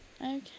Okay